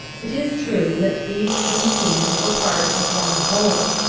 it is true, that these two scenes were parts of one whole,